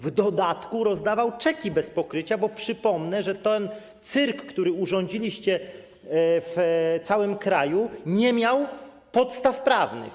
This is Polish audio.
W dodatku rozdawał czeki bez pokrycia, bo przypomnę, że ten cyrk, który urządziliście w całym kraju, nie miał podstaw prawnych.